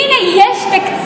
הינה, יש תקציב.